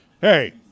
Hey